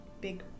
big